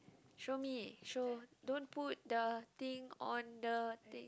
show me show don't put the thing on the thing